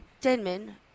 Denman